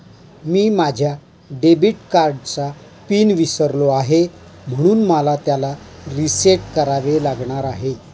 मी माझ्या डेबिट कार्डचा पिन विसरलो आहे म्हणून मला त्याला रीसेट करावे लागणार आहे